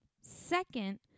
Second